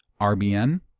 RBN